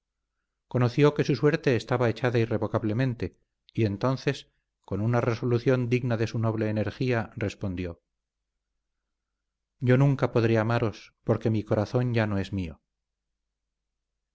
conoció que su suerte estaba echada irrevocablemente y entonces con una resolución digna de su noble energía respondió yo nunca podré amaros porque mi corazón ya no es mío